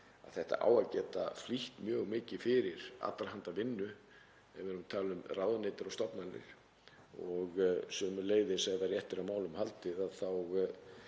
að þetta á að geta flýtt mjög mikið fyrir allra handa vinnu ef við erum að tala um ráðuneyti og stofnanir. Sömuleiðis, ef rétt er á málum haldið,